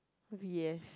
B_S